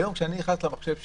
היום כשאני נכנס למחשב שלי,